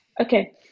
Okay